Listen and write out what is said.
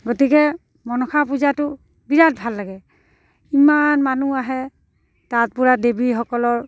গতিকে মনসা পূজাটো বিৰাট ভাল লাগে ইমান মানুহ আহে তাত পূৰা দেৱীসকলৰ